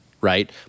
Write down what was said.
right